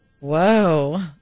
Whoa